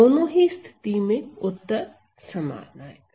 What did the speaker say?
दोनों ही स्थिति में उत्तर समान होगा